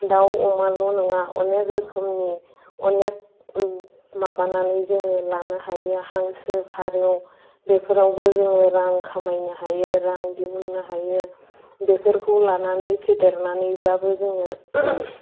दाउ अमाल' नङा अनेक रोखोमनि अनेक माबानानै जोङो लानो हायो हांसो फारौ बेफोरावबो जोङो रां खामायनो हायो रां दिहुननो हायो बेफोरखौ लानानै फेदेरनानैबाबो जोङो